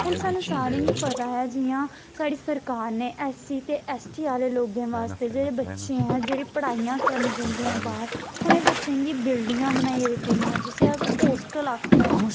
हून सानूं सारें गी पता ऐ जि'यां साढ़ी सरकार ने एस सी ते एस टी आह्ले लोकें बास्तै जेह्ड़े बच्चे ऐ जेह्ड़ी पढ़ाइयां करन जंदे ऐ बाह्र उ'नें बच्चें गी बिल्डिंगां बनाइयां दित्ती दियां जिसी अस होस्टल आखने आं